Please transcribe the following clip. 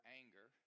anger